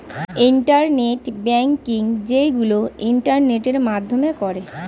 internet banking যেইগুলো ইন্টারনেটের মাধ্যমে করে